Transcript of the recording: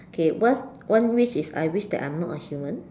okay what's one wish is I wish that I am not a human